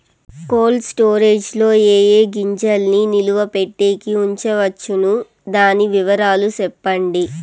Cold storage లో ఏ ఏ గింజల్ని నిలువ పెట్టేకి ఉంచవచ్చును? దాని వివరాలు సెప్పండి?